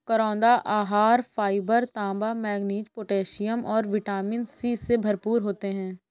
करौंदा आहार फाइबर, तांबा, मैंगनीज, पोटेशियम और विटामिन सी से भरपूर होते हैं